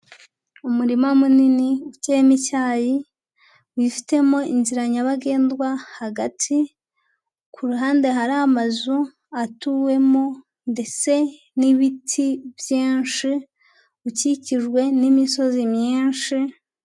Umurima munini uteyemo icyayi wifitemo inzira nyabagendwa hagati, ku ruhande hari amazu atuwemo ndetse n'ibiti byinshi, ukikijwe n'imisozi myinshi...